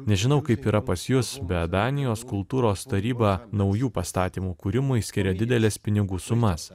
nežinau kaip yra pas jus bet danijos kultūros taryba naujų pastatymų kūrimui skiria dideles pinigų sumas